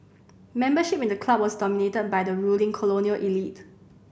membership in the club was dominated by the ruling colonial elite